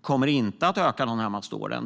kommer inte att öka de närmaste åren.